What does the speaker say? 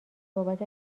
بابت